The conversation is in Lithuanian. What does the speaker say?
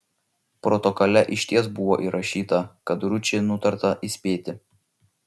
protokole išties buvo įrašyta kad ručį nutarta įspėti